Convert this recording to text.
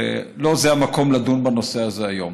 ולא זה המקום לדון בנושא הזה היום.